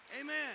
amen